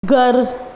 घरु